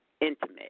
intimate